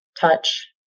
touch